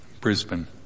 Brisbane